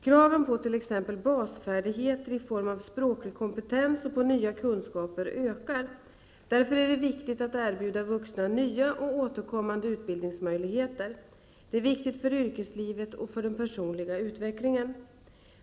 Kraven på t.ex. basfärdigheter i form av språklig kompetens och på nya kunskaper ökar. Därför är det viktigt att erbjuda vuxna nya och återkommande utbildningsmöjligheter. Det är viktigt för yrkeslivet och för den personliga utvecklingen.